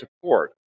support